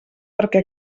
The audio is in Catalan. perquè